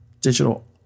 digital